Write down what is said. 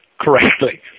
correctly